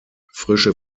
frische